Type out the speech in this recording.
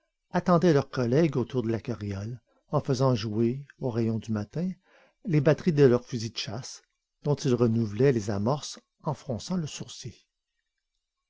attendaient leurs collègues autour de la carriole en faisant jouer aux rayons du matin les batteries de leurs fusils de chasse dont ils renouvelaient les amorces en fronçant le sourcil